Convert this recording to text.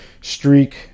streak